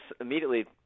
immediately